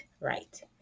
right